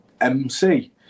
MC